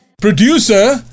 Producer